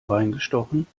reingestochen